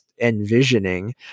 envisioning